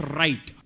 right